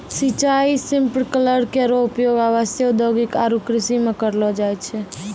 सिंचाई स्प्रिंकलर केरो उपयोग आवासीय, औद्योगिक आरु कृषि म करलो जाय छै